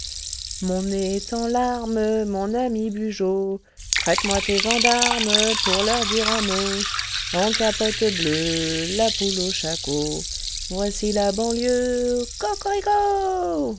mon nez est en larmes mon ami bugeaud prêt moi tes gendarmes pour leur dire un mot en capote bleue la poule au shako voici la banlieue